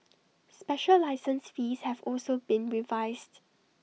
special license fees have also been revised